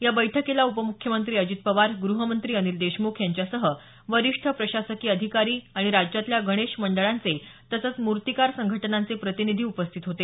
या बैठकीला उपमुख्यमंत्री अजित पवार गृहमंत्री अनिल देशमुख यांच्यासह वरिष्ठ प्रशासकीय अधिकारी आणि राज्यातल्या गणेश मंडळांचे तसंच मूर्तिकार संघटनांचे प्रतिनिधी उपस्थित होते